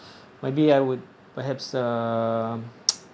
maybe I would perhaps uh